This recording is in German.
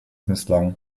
misslang